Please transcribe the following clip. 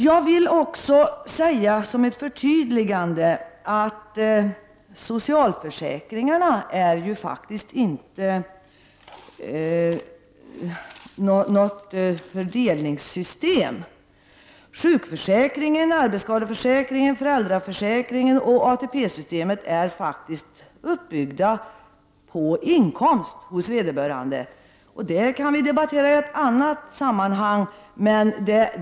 Jag vill också som ett förtydligande säga att socialförsäkringarna faktiskt inte är något fördelningssystem. Sjukförsäkringen, arbetsskadeförsäkringen, föräldraförsäkringen och ATP-systemet är uppbyggda på inkomst hos försäkringstagaren. Det kan vi debattera i ett annat sammanhang.